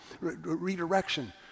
redirection